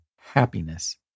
happiness